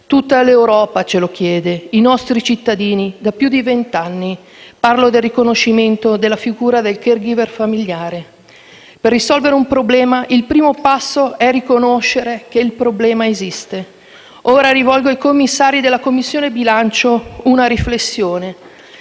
Tutta l'Europa ce lo chiede e i nostri cittadini da più di vent'anni: parlo del riconoscimento della figura del *caregiver* familiare. Per risolvere un problema il primo passo è riconoscere che il problema esiste. Ora rivolgo ai membri della Commissione di bilancio uno spunto